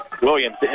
Williams